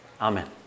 Amen